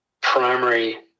primary